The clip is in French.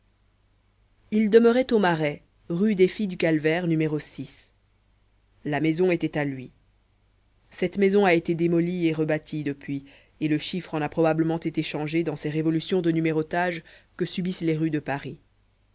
il demeurait au marais rue des filles du calvaire no la maison était à lui cette maison a été démolie et rebâtie depuis et le chiffre en a probablement été changé dans ces révolutions de numérotage que subissent les rues de paris